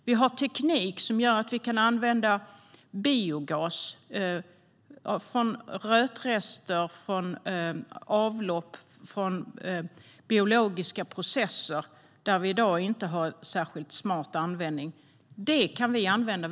Vi har teknik som gör att vi kan använda biogas från rötrester, avlopp och biologiska processer där vi i dag inte har en särskilt smart användning. Det kan vi använda.